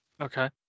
Okay